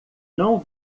não